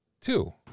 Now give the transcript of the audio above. two